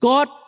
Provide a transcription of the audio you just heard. God